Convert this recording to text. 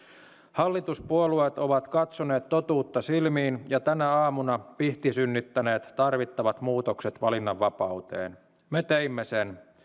hallituspuolueet ovat katsoneet totuutta silmiin ja tänä aamuna pihtisynnyttäneet tarvittavat muutokset valinnanvapauteen me teimme sen